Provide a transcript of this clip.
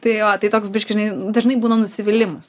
tai va tai toks biškį žinai dažnai būna nusivylimas